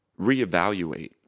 reevaluate